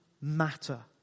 matter